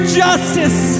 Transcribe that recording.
justice